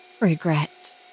Regret